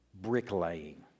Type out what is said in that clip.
bricklaying